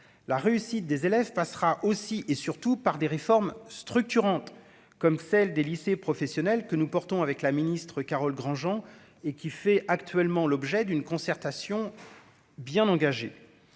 la réussite des élèves passera aussi et surtout par des réformes structurantes comme celle des lycées professionnels que nous portons avec la ministre, Carole Granjean et qui fait actuellement l'objet d'une concertation bien engagée,